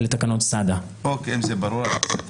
ברור.